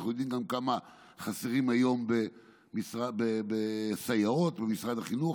אנחנו יודעים גם כמה חסרות היום סייעות במשרד החינוך.